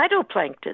phytoplankton